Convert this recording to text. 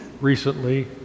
recently